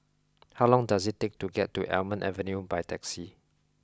how long does it take to get to Almond Avenue by taxi